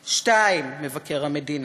2. מבקר המדינה,